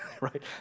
right